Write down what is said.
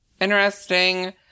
interesting